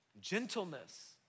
gentleness